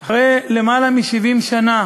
אחרי למעלה מ-70 שנה